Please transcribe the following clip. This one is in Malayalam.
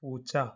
പൂച്ച